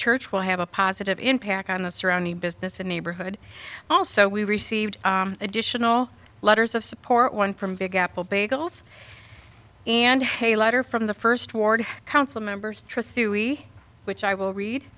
church will have a positive impact on the surrounding business in neighborhood also we received additional letters of support one from big apple bagels and a letter from the first ward council members truthy we which i will read